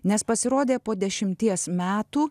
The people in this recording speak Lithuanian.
nes pasirodė po dešimties metų